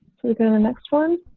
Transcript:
you're going to next one.